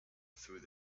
through